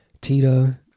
Tita